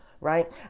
right